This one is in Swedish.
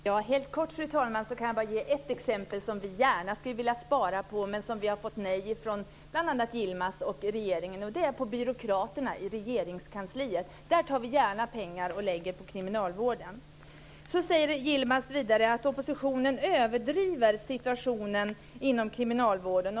Fru talman! Jag kan ge ett kort exempel på ett område där vi gärna skulle vilja spara men där vi har fått nej från bl.a. Yilmaz och regeringen, och det är byråkraterna i Regeringskansliet. Där tar vi gärna pengar och lägger på kriminalvården. Yilmaz säger vidare att oppositionen överdriver situationen inom kriminalvården.